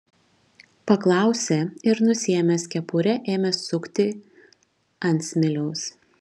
paklausė ir nusiėmęs kepurę ėmė sukti ant smiliaus